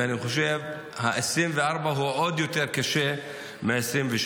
ואני חושב ש-2024 עוד יותר קשה מ-2023.